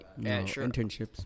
Internships